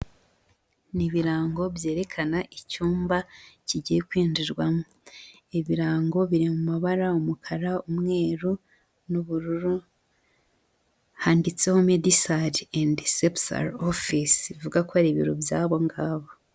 Ni ibirango byerekana icyumba kigiye kwinjirwamo. Ibirango biri mabara umukara, umweru n'ubururu, handitseho Medsar and CPSAR Office, bivuga ko ari ibiro byabo ngabo.